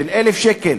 של 1,000 שקל,